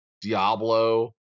Diablo